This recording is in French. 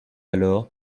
alors